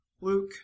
Luke